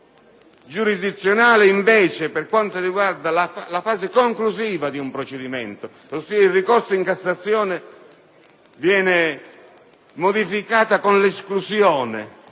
giurisdizionale. Invece, per quanto riguarda la fase conclusiva di un procedimento, ossia il ricorso in Cassazione, viene modificata la regola con l'esclusione